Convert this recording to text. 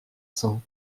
cents